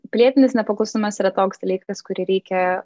pilietinis nepaklusnumas yra toks dalykas kurį reikia